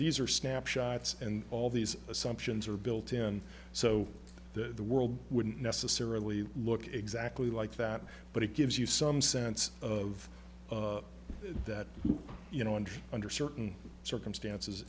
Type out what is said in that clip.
these are snapshots and all these assumptions are built in so that the world wouldn't necessarily look exactly like that but it gives you some sense of that you know and under certain circumstances